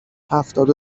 هفتاد